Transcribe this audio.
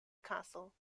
castle